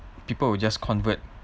people will just convert